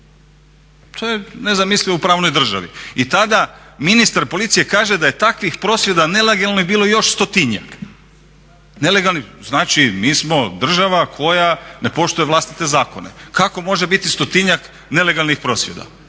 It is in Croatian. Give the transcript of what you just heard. To je nezamislivo u pravnoj državi. I tada ministar policije kaže da je takvih prosvjeda nelegalnih bilo još stotinjak, znači mi smo država koja ne poštuje vlastite zakone. Kako može biti stotinjak nelegalnih prosvjeda,